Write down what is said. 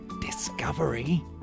discovery